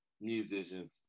musicians